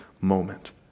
moment